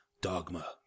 Dogma